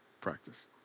practice